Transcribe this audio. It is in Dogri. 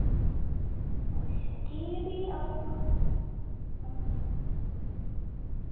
अच्छा ठीक ऐ फ्ही आऊं